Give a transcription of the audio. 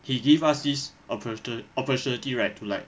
he give us this opportu~ opportunity right to like